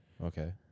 okay